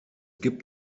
gibt